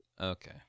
Okay